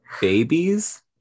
babies